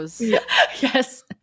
yes